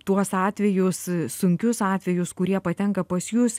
tuos atvejus sunkius atvejus kurie patenka pas jus